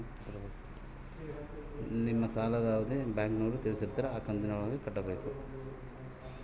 ಸಾಲ ವಾಪಸ್ ಎಷ್ಟು ಕಂತಿನ್ಯಾಗ ಕಟ್ಟಬೇಕು?